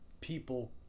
people